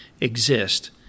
exist